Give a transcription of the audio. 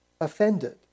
offended